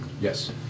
Yes